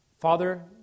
Father